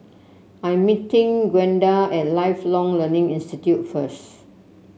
I am meeting Gwenda at Lifelong Learning Institute first